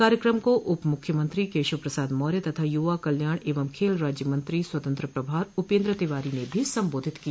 कार्यक्रम को उप मुख्यमंत्री केशव प्रसाद मौर्य तथा यूवा कल्याण एवं खेल राज्य मंत्री स्वतंत्र प्रभार उपेन्द्र तिवारी ने भी संबोधित किया